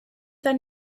their